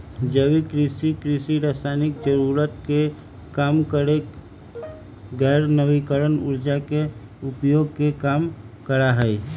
जैविक कृषि, कृषि रासायनिक जरूरत के कम करके गैर नवीकरणीय ऊर्जा के उपयोग के कम करा हई